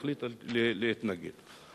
החליטה להתנגד לה.